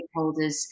stakeholders